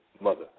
mother